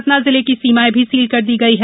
सतना जिले की सीमायें भी सील कर दी गई हैं